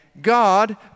God